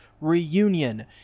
Reunion